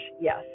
yes